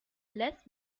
less